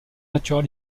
natural